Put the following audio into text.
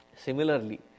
Similarly